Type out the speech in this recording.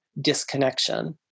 disconnection